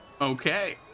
Okay